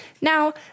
Now